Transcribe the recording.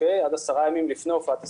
עד עשרה ימים לפני הופעת הסימפטומים,